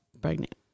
pregnant